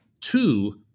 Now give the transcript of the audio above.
Two